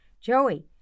Joey